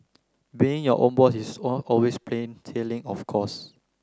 being your own boss is always plain sailing of course